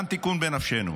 גם תיקון בנפשנו.